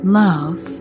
love